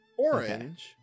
Orange